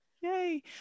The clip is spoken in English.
Yay